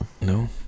No